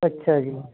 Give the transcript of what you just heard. ਅੱਛਿਆ ਜੀ